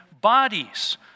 bodies